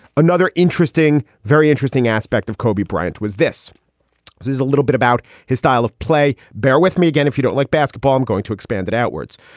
another interesting, very interesting aspect of kobe bryant was this is a little bit about his style of play. bear with me again. if you don't like basketball, i'm going to expand it outwards.